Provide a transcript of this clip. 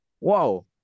Wow